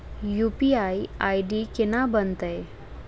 UPI ID केना बनतै?